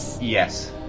Yes